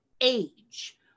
age